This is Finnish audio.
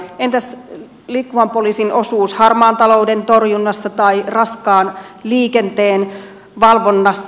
entäs liikkuvan poliisin osuus harmaan talouden torjunnassa tai raskaan liikenteen valvonnassa